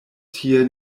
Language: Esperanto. tie